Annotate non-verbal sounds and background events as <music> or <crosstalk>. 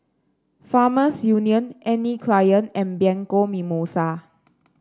Farmers Union Anne Klein and Bianco Mimosa <noise>